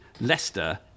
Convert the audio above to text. Leicester